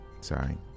sorry